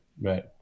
Right